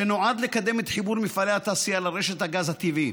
שנועד לקדם את חיבור מפעלי התעשייה לרשת הגז הטבעי.